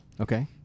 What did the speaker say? okay